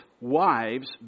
wives